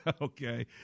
okay